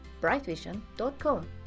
brightvision.com